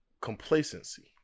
complacency